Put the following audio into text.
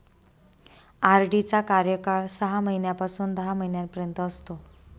RD चा कार्यकाळ सहा महिन्यापासून दहा महिन्यांपर्यंत असतो